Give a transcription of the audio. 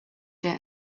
der